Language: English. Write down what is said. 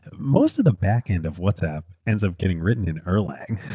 most of the back-end of whatsapp, ends up getting written in erlang,